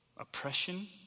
oppression